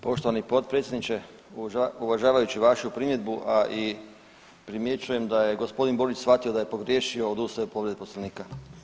Poštovani potpredsjedniče uvažavajući vašu primjedbu, a i primjećujem da je gospodin Borić shvatio da je pogriješio odustajem od povrede Poslovnika.